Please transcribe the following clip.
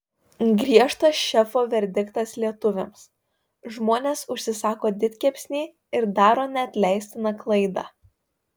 griežtas šefo verdiktas lietuviams žmonės užsisako didkepsnį ir daro neatleistiną klaidą